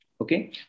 okay